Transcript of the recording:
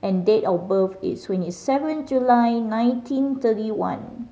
and date of birth is twenty seven July nineteen thirty one